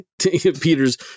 peter's